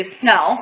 snow